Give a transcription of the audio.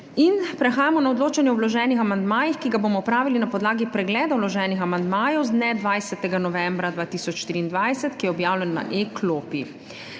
in prehajamo na odločanje o vloženih amandmajih, ki ga bomo opravili na podlagi pregleda vloženih amandmajev z dne 20. novembra 2023, ki je objavljen na e-klopi.